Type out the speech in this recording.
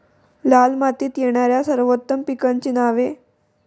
लाल मातीत येणाऱ्या सर्वोत्तम पिकांची नावे?